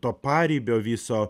to paribio viso